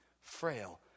frail